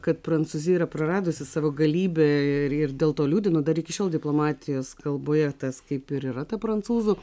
kad prancūzija yra praradusi savo galybę ir dėl to liūdinu dar iki šiol diplomatijos kalboje tas kaip ir yra ta prancūzų